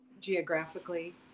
geographically